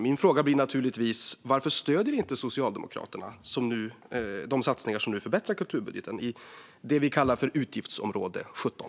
Min fråga blir naturligtvis: Varför stöder inte Socialdemokraterna de satsningar som nu förbättrar kulturbudgeten i det vi kallar för utgiftsområde 17?